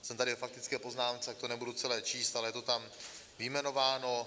Jsem tady ve faktické poznámce, tak to nebudu celé číst, ale je to tam vyjmenováno.